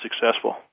successful